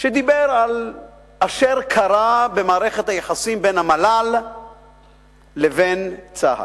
שדיבר על אשר קרה במערכת היחסים בין המל"ל לבין צה"ל.